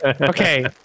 Okay